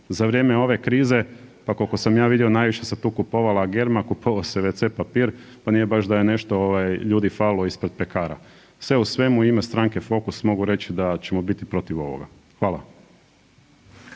za vrijeme ove krize, pa kolko sam ja vidio najviše se tu kupovala germa, kupovao se wc papir, pa nije baš da je nešto ovaj ljudi falilo ispred pekara. Sve u svemu u ime Stranke Fokus mogu reći da ćemo biti protiv ovoga. Hvala.